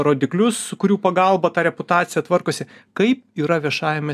rodiklius kurių pagalba ta reputacija tvarkosi kaip yra viešajame